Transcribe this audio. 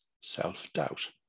self-doubt